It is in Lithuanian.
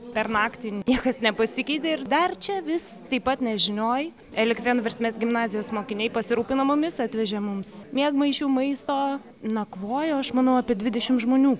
per naktį niekas nepasikeitė ir dar čia vis taip pat nežinioj elektrėnų versmės gimnazijos mokiniai pasirūpino mumis atvežė mums miegmaišių maisto nakvojo aš manau apie dvidešimt žmonių